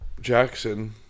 Jackson